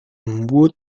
membuat